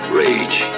rage